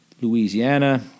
Louisiana